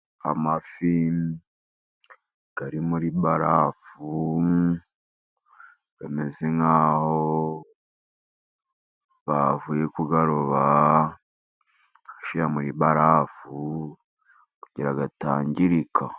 Amafi ari muri barafu, bameze nk'aho bavuye kuyaroba, bayashira muri barafu, kugira ngo atangirika.